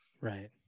right